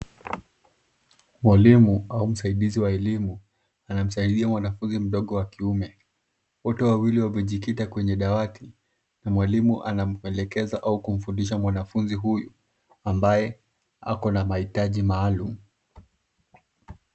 Mwalimu au msaidizi wa elimu anamsaidia mwanafunzi mdogo wa kiume. Wote wawili wamejikita kwenye dawati na mwalimu anamwelekeza au kumfundisha mwanafunzi huyu ambaye ako na mahitaji maalum.